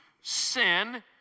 sin